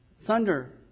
thunder